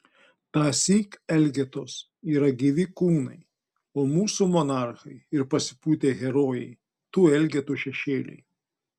tąsyk elgetos yra gyvi kūnai o mūsų monarchai ir pasipūtę herojai tų elgetų šešėliai